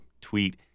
tweet